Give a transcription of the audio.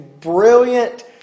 brilliant